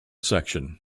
section